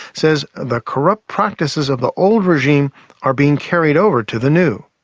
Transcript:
says the corrupt practices of the old regime are being carried over to the new.